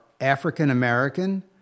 African-American